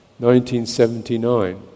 1979